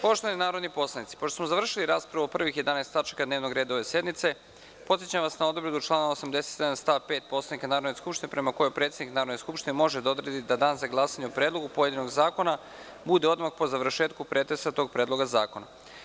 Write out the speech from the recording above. Poštovani narodni poslanici, pošto smo završili raspravu o prvih 11 tačaka dnevnog reda ove sednice, podsećam vas na odredbu člana 87. stav 5. Poslovnika Narodne skupštine, prema kojoj predsednik Narodne skupštine može da odredi da Dan za glasanje o predlogu pojedinog zakona bude odmah po završetku pretresa tog predloga zakona.